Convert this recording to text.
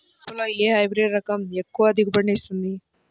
మిరపలో ఏ హైబ్రిడ్ రకం ఎక్కువ దిగుబడిని ఇస్తుంది?